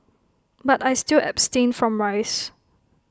but I still abstain from rice